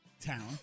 town